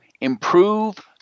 improve